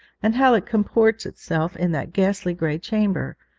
and how it comports itself in that ghastly grey chamber,